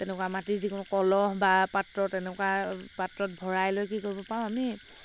তেনেকুৱা মাটিৰ যিকোনো কলহ বা পাত্ৰ তেনেকুৱা পাত্ৰত ভৰাই লৈ কি কৰিব পাৰোঁ আমি